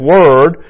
Word